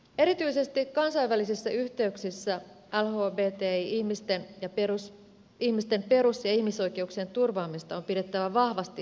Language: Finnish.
erityisesti kansainvälisissä yhteyksissä alho ei tee ihmistä ja lhbti ihmisten perus ja ihmisoikeuksien turvaamista on pidettävä vahvasti esillä